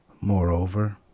Moreover